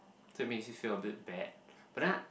so it makes you feel a bit bad but then I